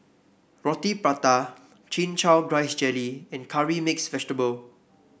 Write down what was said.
Roti Prata Chin Chow Grass Jelly and Curry Mixed Vegetable